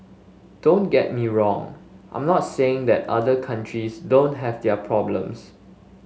don't get me wrong I'm not saying that other countries don't have their problems